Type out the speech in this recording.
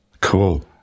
cool